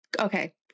Okay